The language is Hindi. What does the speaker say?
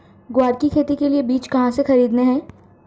ग्वार की खेती के लिए बीज कहाँ से खरीदने हैं?